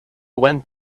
went